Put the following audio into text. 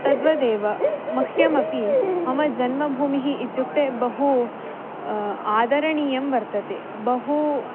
तद्वदेव मह्यमपि मम जन्मभूमिः इत्युक्ते बहु आदरणीयं वर्तते बहु